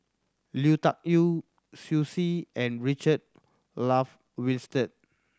Lui Tuck Yew Xiu Si and Richard Olaf Winstedt